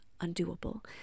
undoable